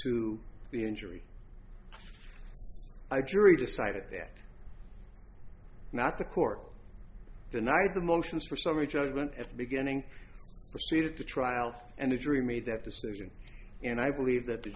to the injury i jury decided that not the court denied the motions for summary judgment at the beginning proceeded to trial and the jury made that decision and i believe that the